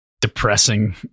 depressing